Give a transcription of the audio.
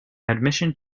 admission